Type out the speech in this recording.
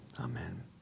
amen